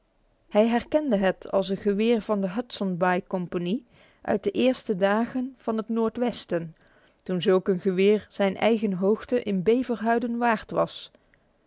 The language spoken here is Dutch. hij herkende het als een geweer van de hudson baai compagnie uit de eerste dagen van het noordwesten toen zulk een geweer zijn eigen hoogte in beverhuiden waard was